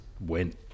went